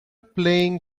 playing